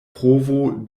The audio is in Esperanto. provo